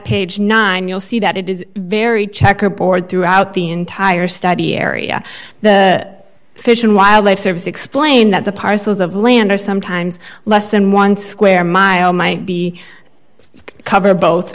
page nine you'll see that it is very checkerboard throughout the entire study area the fish and wildlife service explain that the parcels of land are sometimes less than one square mile might be cover both